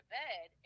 bed